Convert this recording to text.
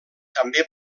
també